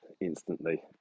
instantly